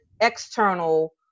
external